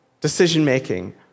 decision-making